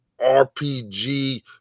RPG